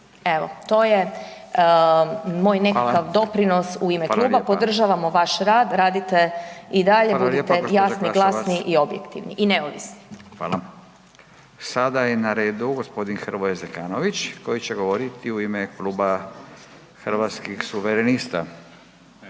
Evo, to je moj nekakav doprinos u ime kluba, podržavamo vaš rad, radite i dalje, budite jasni i glasni i objektivni i neovisni. **Radin, Furio (Nezavisni)** Hvala lijepa gđo. Glasovac. Hvala. Sada je na redu g. Hrvoje Zekanović koji će govoriti u ime kluba Hrvatskih suverenista.